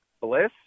bliss